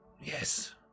Yes